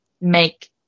make